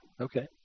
Okay